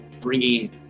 bringing